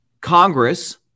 Congress